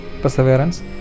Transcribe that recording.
perseverance